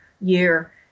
year